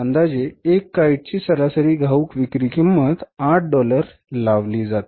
अंदाजे एका काईट ची सरासरी घाऊक विक्री किंमत 8 डॉलर लावली जाते